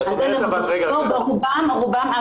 רובם,